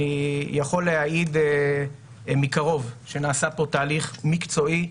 אני יכול להעיד מקרוב שנעשה פה תהליך מקצועי,